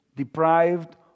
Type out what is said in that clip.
Deprived